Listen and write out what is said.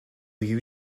you